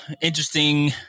interesting